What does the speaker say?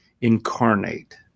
incarnate